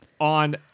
on